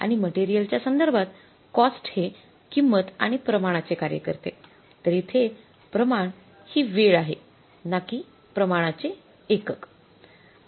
आणि मटेरियल च्या संदर्भात कॉस्ट हे किंमत आणि प्रमाणाचे कार्य करते तर येथे प्रमाण हि वेळ आहे ना कि प्रमाणाचे एकक